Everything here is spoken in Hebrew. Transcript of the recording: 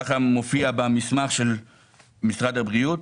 כך מופיע במסמך של משרד הבריאות,